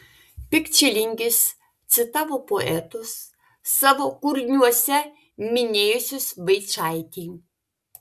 pikčilingis citavo poetus savo kūriniuose minėjusius vaičaitį